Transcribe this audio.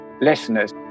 listeners